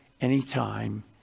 anytime